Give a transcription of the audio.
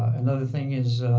another thing is,